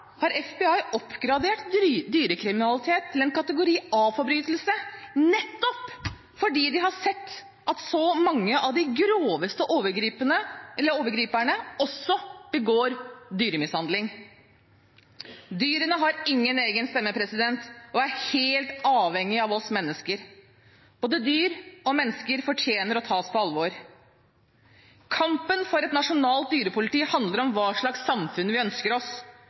har FBI oppgradert dyrekriminalitet til en kategori A-forbrytelse, nettopp fordi de har sett at så mange av de groveste overgriperne også begår dyremishandling. Dyrene har ingen egen stemme og er helt avhengig av oss mennesker. Både dyr og mennesker fortjener å tas på alvor. Kampen for et nasjonalt dyrepoliti handler om hva slags samfunn vi ønsker oss,